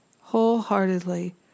wholeheartedly